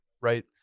right